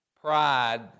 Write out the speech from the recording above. pride